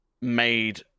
made